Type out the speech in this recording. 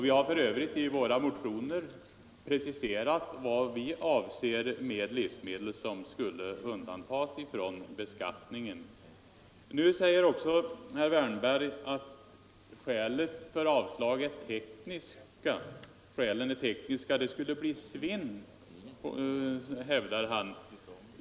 Vi har för övrigt i våra motioner preciserat vad vi anser vara sådana livsmedel som skulle undantas från beskattning. Herr Wärnberg säger att skälen för avstyrkandet är tekniska. Det skulle bli svinn, hävdar han.